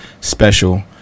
special